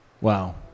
Wow